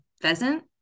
pheasant